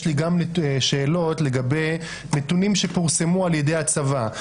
יש לי גם שאלות לגבי נתונים שפורסמו על ידי הצבא,